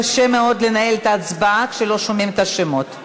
קשה מאוד לנהל את ההצבעה כשלא שומעים את השמות.